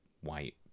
White